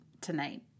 tonight